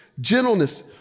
gentleness